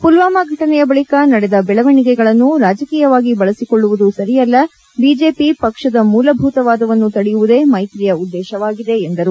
ಪುಲ್ವಾಮಾ ಫಟನೆಯ ಬಳಿಕ ನಡೆದ ಬೆಳವಣಿಗೆಗಳನ್ನು ರಾಜಕೀಯವಾಗಿ ಬಳಸಿಕೊಳ್ಳುವುದು ಸರಿಯಲ್ಲ ಬಿಜೆಪಿ ಪಕ್ಷದ ಮೂಲಭೂತವಾದವನ್ನು ತಡೆಯುವುದೇ ಮೈತ್ರಿಯ ಉದ್ದೇಶವಾಗಿದೆ ಎಂದರು